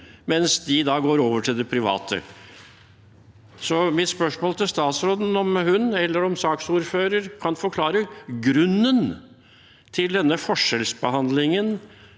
mens de da går over til det private. Mitt spørsmål til statsråden er om hun eller saksordfører kan forklare grunnen til denne forskjellsbehandlingen